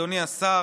אדוני השר,